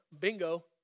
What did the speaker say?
Bingo